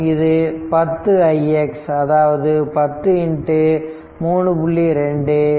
மற்றும் இது 10 ix அதாவது 10 3